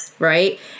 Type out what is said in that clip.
right